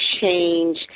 change